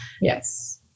yes